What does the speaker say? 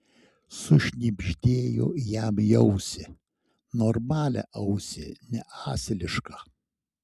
sušnibždėjo jam į ausį normalią ausį ne asilišką